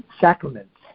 sacraments